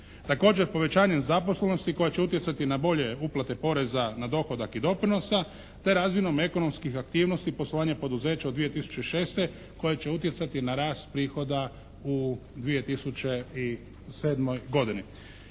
Također povećanjem zaposlenosti koja će utjecati na bolje uplate poreza na dohodak i doprinosa te razvojem ekonomskih aktivnosti poslovanja poduzeća u 2006. koja će utjecati na rast prihoda u 2007. godini.